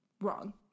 wrong